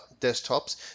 desktops